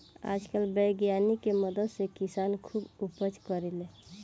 आजकल वैज्ञानिक के मदद से किसान खुब उपज करेले